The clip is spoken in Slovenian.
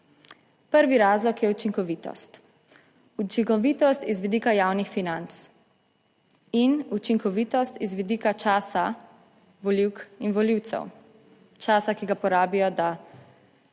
Prvi razlog je učinkovitost, učinkovitost iz vidika javnih financ in učinkovitost iz vidika časa volivk in volivcev, časa, ki ga porabijo, da